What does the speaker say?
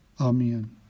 amen